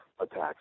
attacks